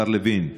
השר לוין,